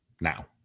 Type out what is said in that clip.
now